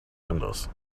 windows